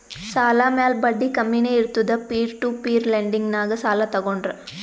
ಸಾಲ ಮ್ಯಾಲ ಬಡ್ಡಿ ಕಮ್ಮಿನೇ ಇರ್ತುದ್ ಪೀರ್ ಟು ಪೀರ್ ಲೆಂಡಿಂಗ್ನಾಗ್ ಸಾಲ ತಗೋಂಡ್ರ್